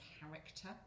character